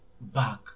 back